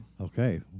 Okay